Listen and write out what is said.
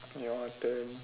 your turn